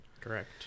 Correct